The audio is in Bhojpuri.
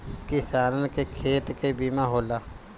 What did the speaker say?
किसानन के खेत के बीमा होला